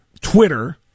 Twitter